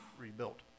rebuilt